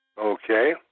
Okay